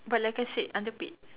but like I said underpaid